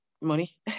money